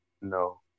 no